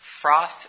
froth